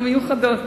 המיוחדות.